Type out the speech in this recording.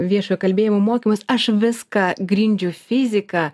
viešojo kalbėjimo mokymus aš viską grindžiu fizika